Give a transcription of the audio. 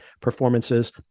performances